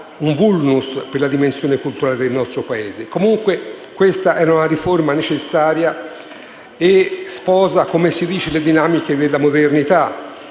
un *vulnus* per la dimensione culturale del nostro Paese. Comunque, questa riforma era necessaria e sposa, come si dice, le dinamiche della modernità.